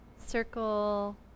circle